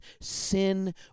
sin